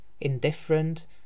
indifferent